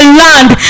land